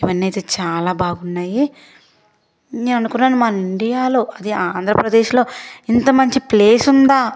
ఇవన్నీ అయితే చాలా బాగున్నాయి నేననుకున్నాను మన ఇండియాలో అది ఆంధ్రప్రదేశ్లో ఇంత మంచి ప్లేస్ ఉందా